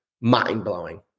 mind-blowing